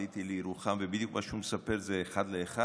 עליתי לירוחם ובדיוק מה שהוא מספר זה אחד לאחד: